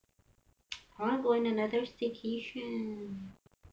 I wanna go to another staycation